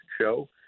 show